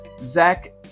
Zach